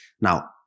Now